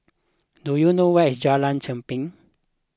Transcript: do you know where is Jalan Cherpen